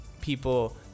people